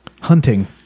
hunting